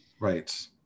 Right